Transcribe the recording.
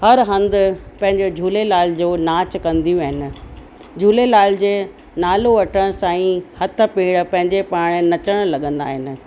हर हंधु पंहिंजो झूलेलाल जो नाच कंदियूं आहिनि झूलेलाल जे नालो वठण सां ई हथ पेर पंहिंजे पाण नचण लॻंदा आहिनि